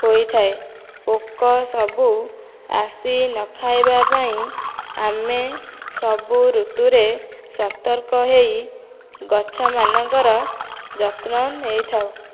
ହୋଇଥାଏ ପୋକସବୁ ଆସି ନଖାଇବା ପାଇଁ ଆମେ ସବୁ ଋତୁରେ ସତର୍କ ହୋଇ ଗଛମାନଙ୍କର ଯତ୍ନ ନେଇଥାଉ